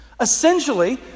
Essentially